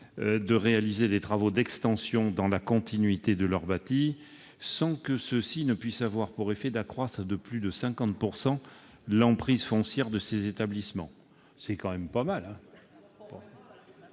de réaliser des travaux d'extension dans la continuité de leur bâti, sans que ceux-ci ne puissent avoir pour effet d'accroître de plus de 50 % l'emprise foncière de ces établissements »; 50 %, ce n'est quand même pas rien